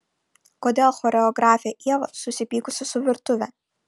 kodėl choreografė ieva susipykusi su virtuve